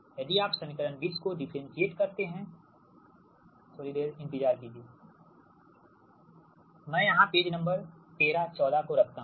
यदि आप समीकरण 20 को डिफरेंटशिएट करते हैं थोड़ी देर इंतजार कीजिए मैं यहां पेज नंबर 13 14 को रखता हूं